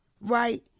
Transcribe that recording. Right